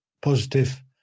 positive